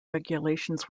regulations